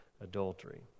adultery